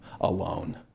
alone